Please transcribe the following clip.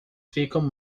ficam